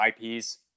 IPs